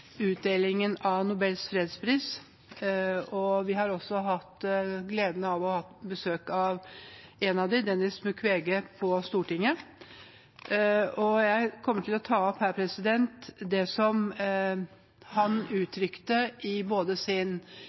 utdelingen av Nobels fredspris, og vi har også hatt gleden av å ha hatt besøk av en av dem, Denis Mukwege, på Stortinget. Jeg kommer til å ta opp her det som han uttrykte i